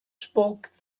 spoke